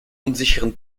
unsicheren